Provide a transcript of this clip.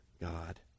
God